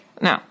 Now